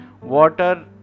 water